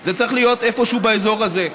זה צריך להיות איפשהו באזור הזה.